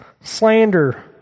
Slander